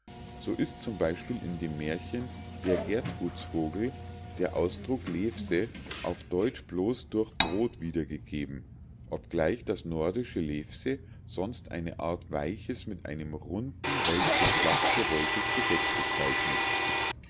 so ist z b in dem mährchen der gertrudsvogel der ausdruck levse auf deutsch bloß durch brod wiedergegeben obgleich das nordische levse sonst eine art weiches mit einem runden holze flach gerolltes gebäck bezeichnet